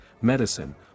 medicine